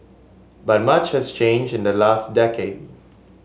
but much has changed in the last decade